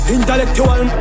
Intellectual